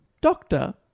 doctor